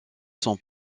sont